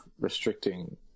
restricting